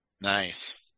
Nice